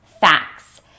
facts